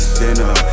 dinner